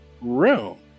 room